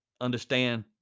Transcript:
understand